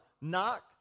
Knock